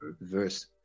verse